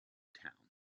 town